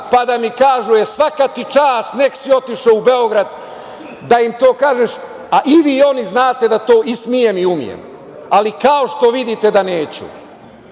pa da mi kažu – svaka ti čast, nek si otišao u Beograd da im to kažeš? I vi i oni znate da to i smem i umem, ali, kao što vidite da neću.